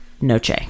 noche